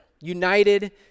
United